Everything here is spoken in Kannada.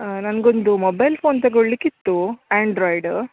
ಹಾಂ ನನ್ಗೊಂದು ಮೊಬೈಲ್ ಫೋನ್ ತಗೋಳ್ಳಿಕಿತ್ತು ಆಂಡ್ರಾಯ್ಡ್